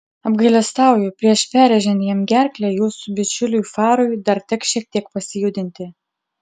apgailestauju prieš perrėžiant jam gerklę jūsų bičiuliui farui dar teks šiek tiek pasijudinti